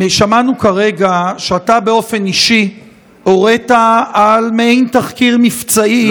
שמענו כרגע שאתה באופן אישי הורית על מעין תחקיר מבצעי,